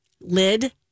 Lid